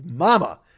Mama